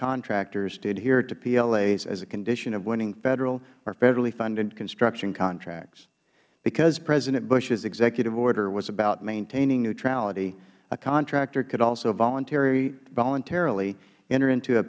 contractors to adhere to plas as a condition of winning federal or federallyfunded construction contracts because president bush's executive order was about maintaining neutrality a contractor could also voluntarily enter into a